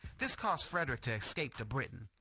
this cost frederick to escape to britain.